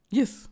yes